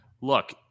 look